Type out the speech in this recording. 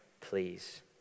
please